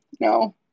no